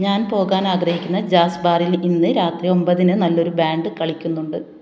ഞാൻ പോകാൻ ആഗ്രഹിക്കുന്ന ജാസ് ബാറിൽ ഇന്ന് രാത്രി ഒമ്പതിന് നല്ലൊരു ബാൻ്റ് കളിക്കുന്നുണ്ട്